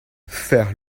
faire